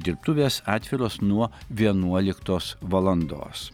dirbtuvės atviros nuo vienuoliktos valandos